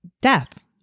death